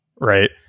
right